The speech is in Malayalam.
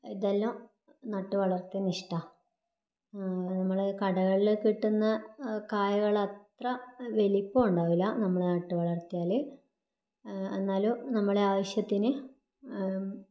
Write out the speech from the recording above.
ഇതെല്ലം നട്ട് വളർത്താൻ ഇഷ്ടം നമ്മൾ കടകളിൽ കിട്ടുന്ന കായകളത്ര വലിപ്പം ഉണ്ടാവില്ല നമ്മൾ നട്ട് വളർത്തിയാൽ എന്നാലും നമ്മളുടെ ആവശ്യത്തിന്